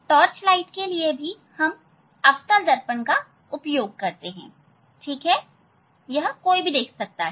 torch light के लिए हम अवतल दर्पण का उपयोग करते हैं ठीक है तो यह कोई भी देख सकता है